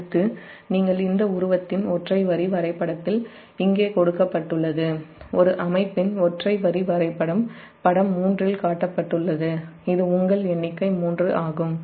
அடுத்து இந்த உருவத்தின் ஒற்றை வரி வரைபடத்தில் இங்கே கொடுக்கப் பட்டுள்ளது ஒரு அமைப்பின் ஒற்றை வரி வரைபடம் படம் 3 இல் காட்டப்பட்டுள்ளது இது உங்கள் எண்ணிக்கை 3 ஆகும்